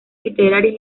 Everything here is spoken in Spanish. literarias